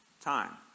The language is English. time